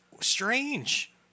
strange